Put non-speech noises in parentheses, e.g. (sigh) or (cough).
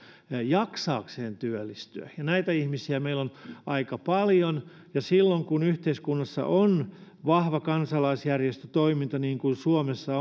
jaksaakseen työllistyä näitä ihmisiä meillä on aika paljon ja silloin kun yhteiskunnassa on vahva kansalaisjärjestötoiminta niin kuin suomessa (unintelligible)